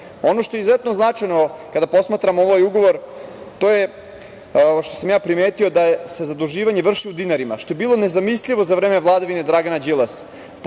što je izuzetno značajno kada posmatramo ovaj ugovor, to je što sam ja primetio da se zaduživanje vrši u dinarima, što je bilo nezamislivo za vreme vladavine Dragana Đilasa.